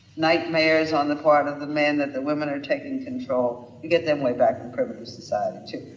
nightmares on the part of the men that the women are taking control you get them way back in primitive society too.